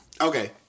Okay